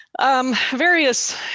Various